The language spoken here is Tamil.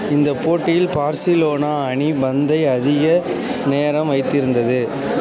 இந்த போட்டியில் பார்சிலோனா அணி பந்தை அதிக நேரம் வைத்திருந்தது